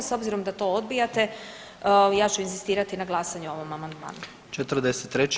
S obzirom da to odbijate ja ću inzistirati na glasanju o ovom amandmnu.